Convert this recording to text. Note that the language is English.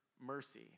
mercy